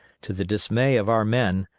to the dismay of our men,